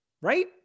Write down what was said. right